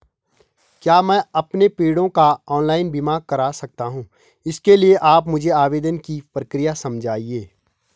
क्या मैं अपने पेड़ों का ऑनलाइन बीमा करा सकता हूँ इसके लिए आप मुझे आवेदन की प्रक्रिया समझाइए?